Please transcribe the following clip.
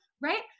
right